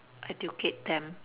educate them